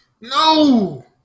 No